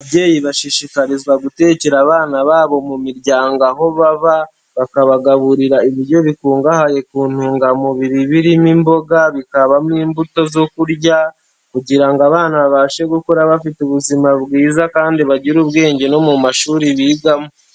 Ababyeyi bashishikarizwa gutekera abana babo mu miryango aho baba. Bakabagaburira ibiryo bikungahaye ku ntungamubiri birimo imboga, bikabamo imbuto zo kurya kugira abana babashe gukura bafite ubuzima bwiza kandi bagira ubwenge no mu mashuri bigamo.